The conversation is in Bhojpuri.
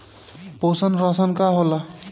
पोषण राशन का होला?